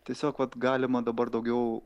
tiesiog vat galima dabar daugiau